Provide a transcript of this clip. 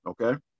okay